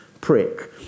prick